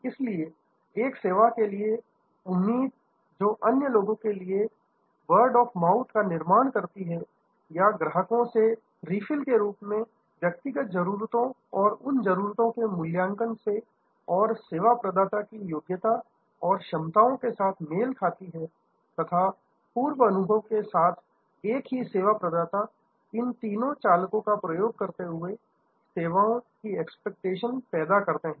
इसलिए एक सेवा के लिए उम्मीद एक्सपेक्टेशन जो अन्य लोगों के लिए वर्ड ऑफ माउथ का निर्माण करती है अन्य ग्राहकों से रिफिल के रूप में व्यक्तिगत जरूरतों और उन जरूरतों के मूल्यांकन से और सेवा प्रदाता की योग्यता और क्षमताओं के साथ मेल खाती है तथा पूर्व अनुभव के साथ एक ही सेवा प्रदाता इन तीनों चालकों का प्रयोग करते हुए सेवाओं की एक्सपेक्टेशन उम्मीद पैदा करता है